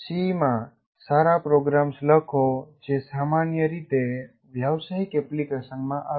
C માં સારા programs લખો જે સામાન્ય રીતે વ્યવસાયિક એપ્લિકેશનમાં આવે છે